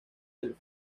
del